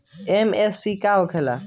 MFC का होला?